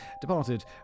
departed